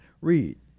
Read